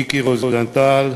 מיקי רוזנטל,